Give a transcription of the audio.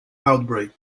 outbreak